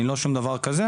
אני לא שום דבר כזה,